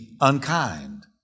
unkind